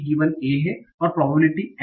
a है और N